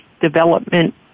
development